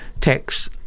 text